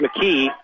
McKee